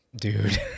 Dude